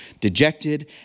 dejected